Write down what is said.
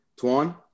Tuan